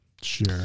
Sure